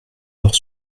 leur